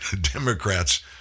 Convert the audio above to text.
Democrats